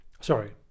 Sorry